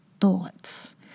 thoughts